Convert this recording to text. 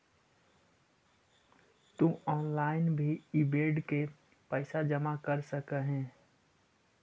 तु ऑनलाइन भी इ बेड के पइसा जमा कर सकऽ हे